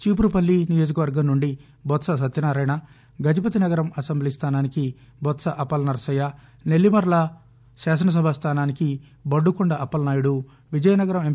చీపురుపల్లి నియోజకవర్గం నుండి బొత్స సత్యనారాయణ గజపతినగరం అసెంబ్లీ స్థానానికి బొత్స అప్పలనరసయ్య నెల్లిమర్ల శాసనసభాస్గానానికి బద్దుకొండ అప్పలనాయుడు విజయనగరం ఎం